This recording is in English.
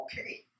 okay